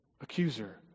accuser